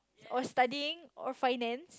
or studying or finance